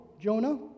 Jonah